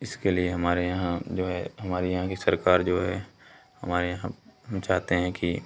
इसके लिए हमारे यहाँ जो है हमारे यहाँ की सरकार जो है हमारे यहाँ हम चाहते हैं कि